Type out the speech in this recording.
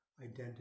identity